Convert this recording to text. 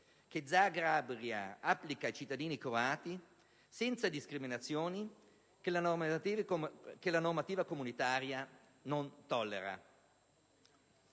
che Zagabria applica ai cittadini croati, senza discriminazioni, che la normativa comunitaria non tollera.